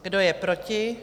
Kdo je proti?